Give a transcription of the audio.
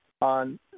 on